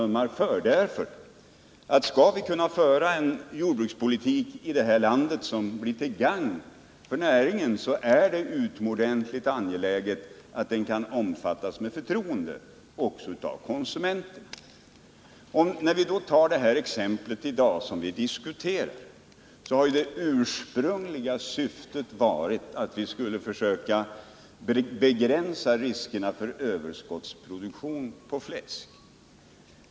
Om vi i detta land skall kunna föra en jordbrukspolitik som blir till gagn för näringen är det utomordentligt angeläget att den kan omfattas med förtroende också av konsumenterna. När det gäller det exempel som vi har tagit upp i dag och nu diskuterar, har det ursprungliga syftet varit att försöka begränsa riskerna för överskottsproduktion på fläsk.